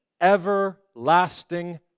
everlasting